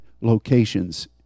locations